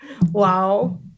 Wow